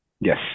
yes